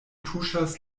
tuŝas